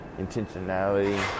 intentionality